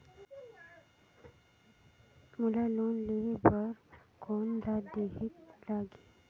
मोला लोन लेहे बर कौन का देहेक लगही?